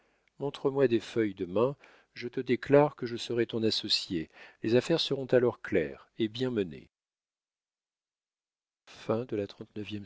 papier montre-moi des feuilles demain je te déclare que je serai ton associé les affaires seront alors claires et bien menées